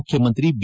ಮುಖ್ಯಮಂತ್ರಿ ಬಿ